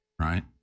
right